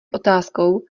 otázkou